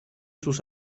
sus